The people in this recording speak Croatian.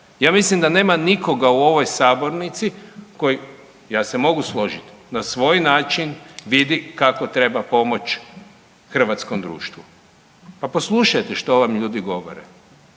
Ja mislim da nema nikoga u ovoj sabornici, ja se mogu složiti na svoj način vidi kako treba pomoći hrvatskom društvu. Pa poslušajte što vam ljudi govore.